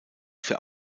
für